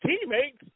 teammates